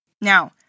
Now